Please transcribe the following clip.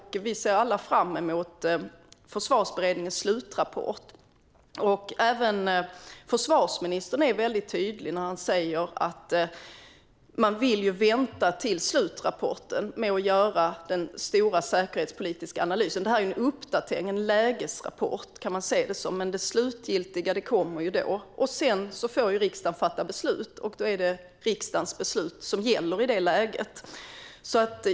Vi ser alla fram emot Försvarsberedningens slutrapport. Även försvarsministern är väldigt tydlig när han säger att man vill vänta till slutrapporten med att göra den stora säkerhetspolitiska analysen. Det här är en uppdatering - en lägesrapport, kan man se det som - men det slutgiltiga kommer då. Sedan får riksdagen fatta beslut, och då är det riksdagsbeslutet som gäller.